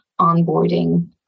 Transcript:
onboarding